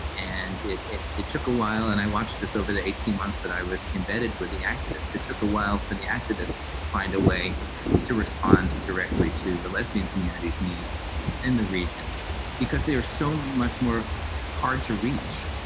and it it took a while and i watched this over the eighteen months that i was embedded with the activists. it took a while for the activists to find a way to respond directly to the lesbian community's needs in the region because they are so much more hard to reach.